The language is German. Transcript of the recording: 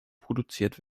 produziert